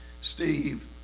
Steve